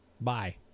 Bye